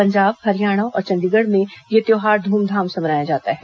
पंजाब हरियाणा और चंडीगढ़ में यह त्घ्यौहार धूम धाम से मनाया जाता है